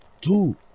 Two